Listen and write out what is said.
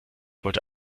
wollte